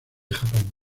japón